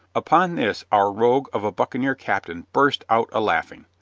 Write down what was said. upon this our rogue of a buccaneer captain burst out a-laughing,